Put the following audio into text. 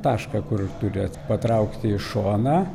tašką kur duriat patraukti į šoną